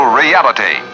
reality